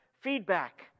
feedback